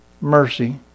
mercy